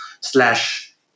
slash